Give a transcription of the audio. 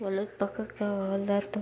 ಹೊಲದ ಪಕ್ಕಕ್ಕೆ ಹೊಲದಾರ್ತು